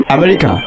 America